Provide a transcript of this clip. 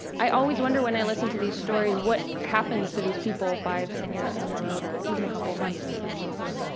i always wonder when i listen to these stories, what happens to these people five, ten years down the road, or even a couple months, in some cases.